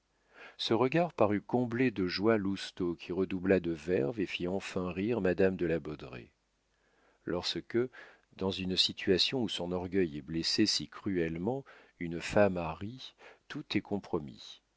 ce regard parut combler de joie lousteau qui redoubla de verve et fit enfin rire madame de la baudraye lorsque dans une situation où son orgueil est blessé si cruellement une femme a ri tout est compromis